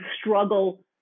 struggle